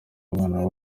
abana